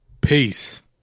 Peace